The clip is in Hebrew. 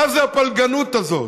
מה זו הפלגנות הזאת?